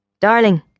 Darling